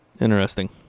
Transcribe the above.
Interesting